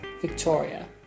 Victoria